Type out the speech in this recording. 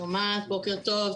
בוקר טוב.